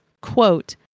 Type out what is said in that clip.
quote